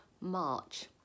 March